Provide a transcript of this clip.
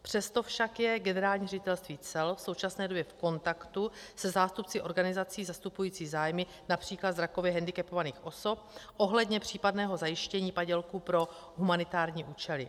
Přesto však je Generální ředitelství cel v současné době v kontaktu se zástupci organizací zastupujících zájmy například zrakově hendikepovaných osob ohledně případného zajištění padělků pro humanitární účely.